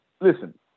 listen